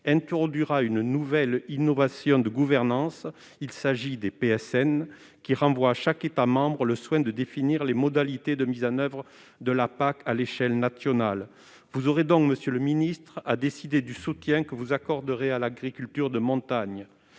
introduira une innovation en termes de gouvernance, à travers les PSN, qui renvoient à chaque État membre le soin de définir les modalités de mise en oeuvre de la PAC à l'échelle nationale. Vous aurez donc, monsieur le ministre, à décider du soutien que vous accorderez à l'agriculture de montagne.